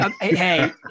hey